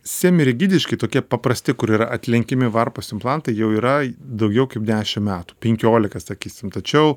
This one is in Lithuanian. semirigidiški tokie paprasti kur yra atlenkiami varpos implantai jau yra daugiau kaip dešim metų penkiolika sakysim tačiau